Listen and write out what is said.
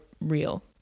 real